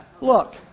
look